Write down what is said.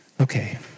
Okay